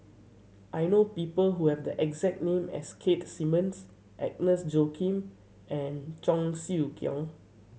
I know people who have the exact name as Keith Simmons Agnes Joaquim and Cheong Siew Keong